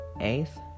eighth